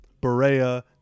Berea